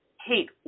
hate